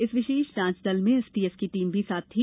इस विशेष जांच दल में एसटीएफ की टीम भी साथ थी